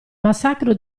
massacro